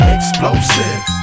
Explosive